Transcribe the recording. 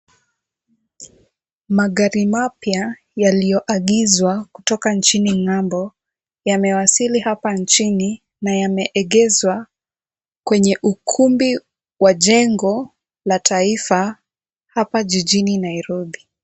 Magari mapya yaliyoagizwa kutoka nchini ng'ambo yamewasili hapa nchini na yameegezwa kwenye ukumbi wa jengo la taifa hapa jijini Nairobi.